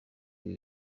ibi